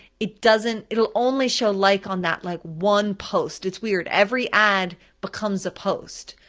it doesn't, it'll only show like on that like one post, it's weird, every ad becomes a post.